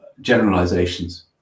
generalizations